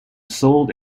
sold